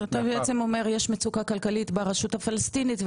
אתה בעצם אומר יש מצוקה כלכלית ברשות הפלסטינית,